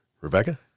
Rebecca